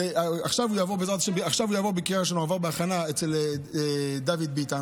הוא עבר הכנה אצל דוד ביטן,